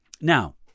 Now